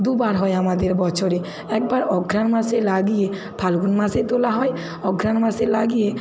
দুবার হয় আমাদের বছরে একবার অঘ্রাণ মাসে লাগিয়ে ফাল্গুন মাসে তোলা হয় অঘ্রাণ মাসে লাগিয়ে